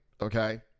Okay